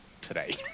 Today